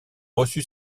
reçu